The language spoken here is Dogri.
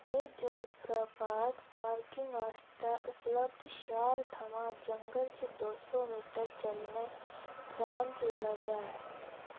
एह् जलप्रपात पार्किंग आस्तै उपलब्ध थाह्र शैह्र थमां जंगल च दो मीटर चलने परैंत्त लभदा ऐ